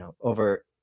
over